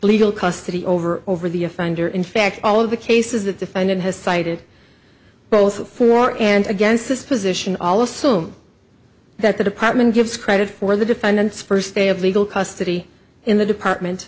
legal custody over over the offender in fact all of the cases that defendant has cited both for and against this position all assume that the department gives credit for the defendant's first day of legal custody in the department